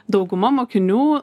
dauguma mokinių